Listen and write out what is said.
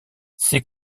c’est